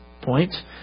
point